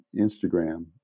Instagram